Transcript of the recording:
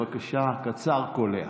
בבקשה, קצר, קולע.